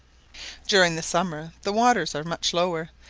during the summer the waters are much lower,